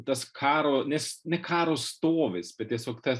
tas karo nes ne karo stovis bet tiesiog tas